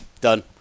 done